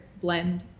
blend